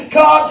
God